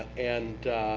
and